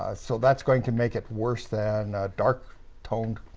ah so that's going to make it worse than dark toned